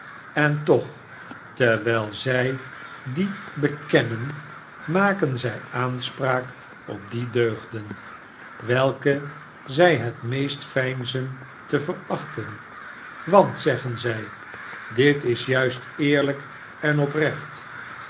en toch terwijl zij die bekennen maken zij aanspraak op die deugden welke zij het meest veinzen te verachten want zeggen zij dit is juist eerlijk en oprecht